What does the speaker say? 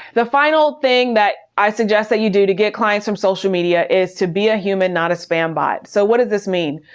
the final thing that i suggest that you do to get clients from social media is to be a human, not a spam bot. so what does this mean?